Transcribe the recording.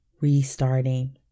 restarting